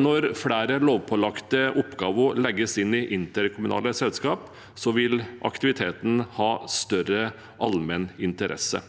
Når flere lovpålagte oppgaver legges inn i interkommunale selskap, vil aktiviteten ha større allmenn interesse.